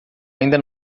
ainda